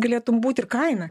galėtum būt ir kaina